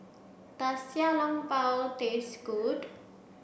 does Xiao Long Bao taste good